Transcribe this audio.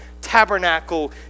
tabernacle